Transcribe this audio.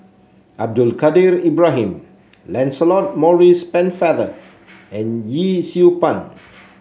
Abdul Kadir Ibrahim Lancelot Maurice Pennefather and Yee Siew Pun